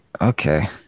Okay